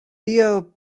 theo